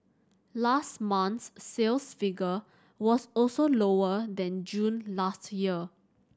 last month's sales figure was also lower than June last year